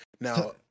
Now